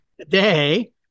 Today